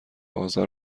آذر